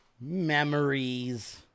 Memories